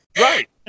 Right